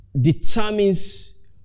determines